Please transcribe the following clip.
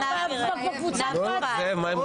אם כך,